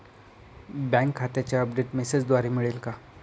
Bank खात्याचे update मेसेजद्वारे मिळेल का?